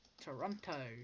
Toronto